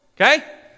okay